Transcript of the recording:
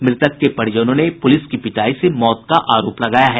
मृतक के परिजनों ने पूलिस की पिटाई से मौत का आरोप लगाया है